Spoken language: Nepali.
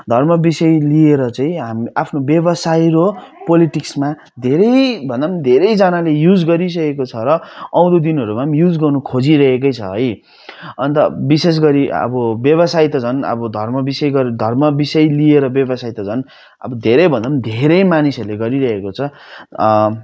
धर्म विषय लिएर चाहिँ हाम आफ्नो व्यवसाय र पोलिटिक्समा धेरै भन्दा धेरैजनाले युज गरिसकेको छ र आउँदो दिनहरूमा युज गर्नु खोजिरहेकै छ है अन्त बिशेष गरी अब व्यवसाय त झन् अब धर्म विषय गरे धर्म विषय लिएर व्यवसाय त झन् अब धेरै भन्दा धेरै मानिसहरूले गरिरहेको छ